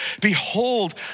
Behold